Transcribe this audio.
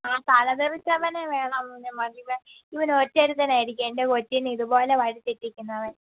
ആ തലതെറിച്ചവനെ വേണം ഇനി മതി ഇവൻ ഇവൻ ഒറ്റൊരുത്തനായിരിക്കും എൻ്റെ കൊച്ചിനെ ഇതുപോലെ വഴി തെറ്റിക്കുന്നവൻ